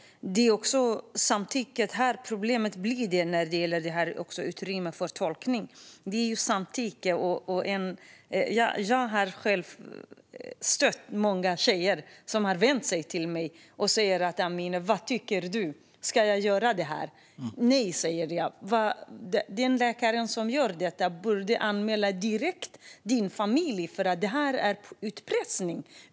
När det gäller samtycke finns det också problem med tolkningsutrymmet. Jag har själv gett stöd till många tjejer som vänt sig till mig och sagt: Vad tycker du, Amineh, ska jag göra det här? Nej, säger jag. Läkaren borde anmäla din familj direkt, för detta är utpressning.